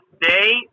day